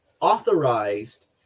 authorized